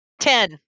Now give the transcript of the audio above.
Ten